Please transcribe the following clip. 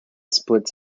splits